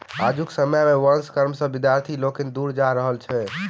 आजुक समय मे वंश कर्म सॅ विद्यार्थी लोकनि दूर जा रहल छथि